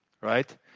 right